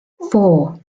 four